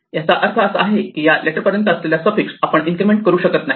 याचा अर्थ असा आहे की या लेटर पर्यंत असलेला सफिक्स आपण इन्क्रिमेंट करू शकत नाही